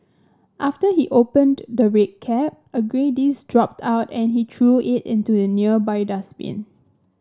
after he opened the red cap a grey disc dropped out and he threw it into a nearby dustbin